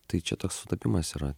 tai čia toks sutapimas yra